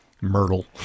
Myrtle